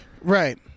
Right